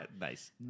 Nice